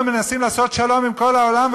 אנחנו מנסים לעשות שלום עם כל העולם,